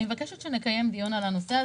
אני מבקשת שנקיים דיון בנושא,